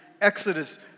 Exodus